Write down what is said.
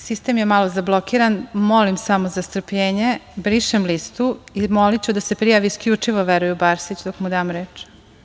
Sistem je malo zablokiran, molim za strpljenje, brišem listu i moliću da se prijavi isključivo Veroljub Arsić, dok mu dam reč.